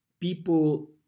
People